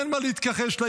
אין מה להתכחש לה,